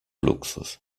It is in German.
luxus